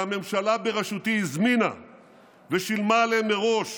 שהממשלה בראשותי הזמינה ושילמה עליהם מראש,